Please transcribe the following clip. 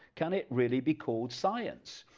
can it really be called science?